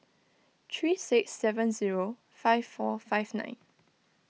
three six seven zero five four five nine